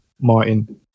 martin